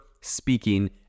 speaking